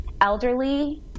elderly